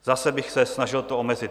Zase bych se snažil to omezit.